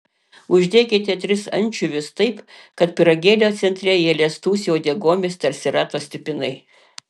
uždėkite tris ančiuvius taip kad pyragėlio centre jie liestųsi uodegomis tarsi rato stipinai